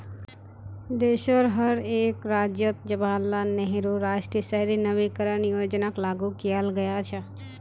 देशोंर हर एक राज्यअत जवाहरलाल नेहरू राष्ट्रीय शहरी नवीकरण योजनाक लागू कियाल गया छ